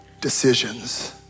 decisions